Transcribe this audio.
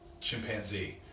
chimpanzee